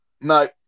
No